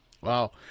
Wow